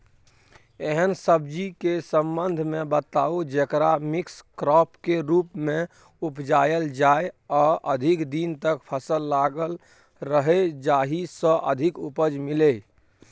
एहन सब्जी के संबंध मे बताऊ जेकरा मिक्स क्रॉप के रूप मे उपजायल जाय आ अधिक दिन तक फसल लागल रहे जाहि स अधिक उपज मिले?